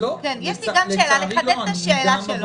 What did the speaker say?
אני רוצה לחדד את השאלה.